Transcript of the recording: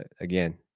again